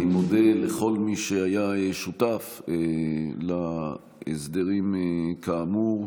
אני מודה לכל מי שהיה שותף להסדרים, כאמור,